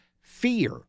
fear